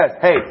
hey